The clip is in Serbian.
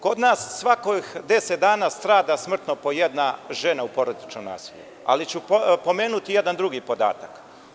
Kod nas svakih deset dana strada smrtno po jedna žena u porodičnom nasilju, ali ću pomenuti jedan drugi podatak.